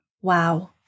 Wow